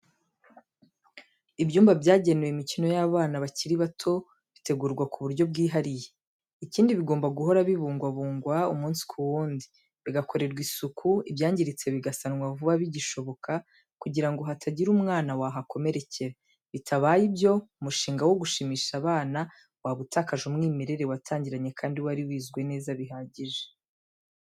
Ibyumba byagenewe imikino y'abana bakiri bato bitegurwa ku buryo bwihariye, ikindi bigomba guhora bibungabungwa umunsi ku wundi, bigakorewa isuku, ibyangiritse bigasanwa vuba bishoboka kugira ngo hatagira umwana wahakomerekera, bitabaye ibyo umushinga wo gushimisha abana waba utakaje umwimerere watangiranye kandi wari wizwe neza bihagije.